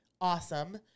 awesome